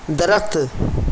درخت